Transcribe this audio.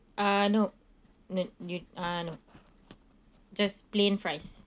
uh no no you uh no just plain fries